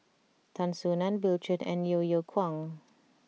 Tan Soo Nan Bill Chen and Yeo Yeow Kwang